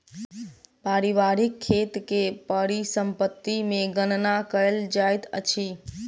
पारिवारिक खेत के परिसम्पत्ति मे गणना कयल जाइत अछि